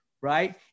right